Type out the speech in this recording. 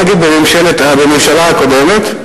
נגיד בממשלה הקודמת,